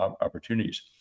opportunities